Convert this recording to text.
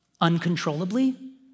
uncontrollably